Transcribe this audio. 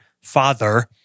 father